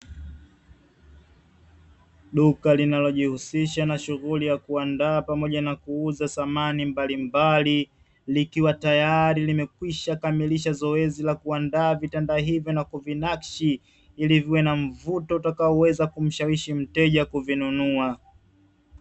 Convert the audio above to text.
Duka linalojihusisha na shughuli ya kuandaa pamoja na kuuza samani mbalimbali, likiwa tayari limekwisha kamilisha zoezi la kuandaa vitanda hivi na kuvinakshi ili viwe na mvuto utakaoweza kumshawishi mteja kuvinunua.